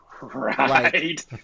Right